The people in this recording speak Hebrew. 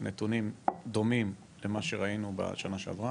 הנתונים דומים למה שראינו בשנה שעברה.